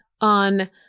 on